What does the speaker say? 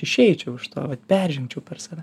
išeičiau iš to vat peržengčiau per save